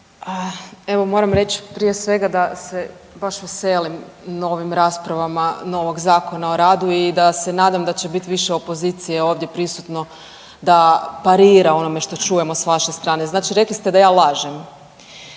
Evo moram reći prije svega da se baš veselim novim raspravama novog Zakona o radu i da se nadam da će biti više opozicije ovdje prisutno da parira onome što čujemo s vaše strane. Znači rekli ste da ja lažem.